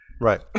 right